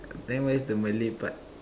then where is the Malay part